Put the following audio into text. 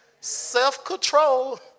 self-control